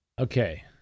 Okay